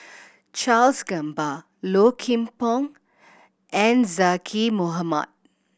Charles Gamba Low Kim Pong and Zaqy Mohamad